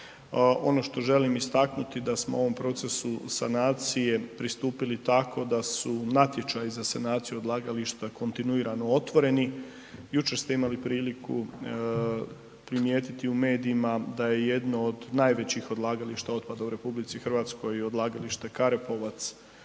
ono što želim istaknuti da smo u ovom procesu sanacije pristupili tako da su natječaji za sanaciju odlagališta kontinuirano otvoreni. Jučer ste imali priliku primijetiti u medijima da je jedno od najvećih odlagališta otpada u RH odlagalište Karepovac